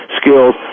skills